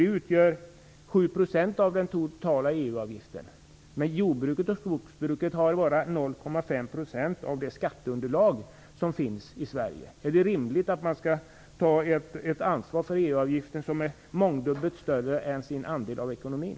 Den utgör 7 % av den totala EU-avgiften, men jordbruket och skogsbruket har bara 0,5 % av det skatteunderlag som finns i Sverige. Är det rimligt att dessa näringar skall ta ett ansvar för EU-avgiften som är mångdubbelt större än deras andel av ekonomin?